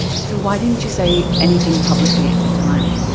so why didn't you say anything publicly at the time?